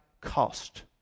cost